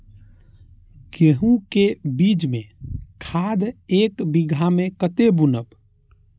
गेंहू के खेती में खाद ऐक बीघा में कते बुनब?